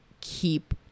keep